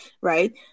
right